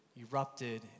erupted